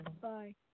Bye